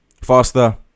Faster